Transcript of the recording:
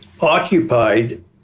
occupied